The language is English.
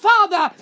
Father